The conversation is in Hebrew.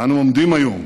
אנו עומדים היום